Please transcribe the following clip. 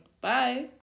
Bye